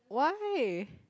why